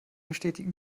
bestätigen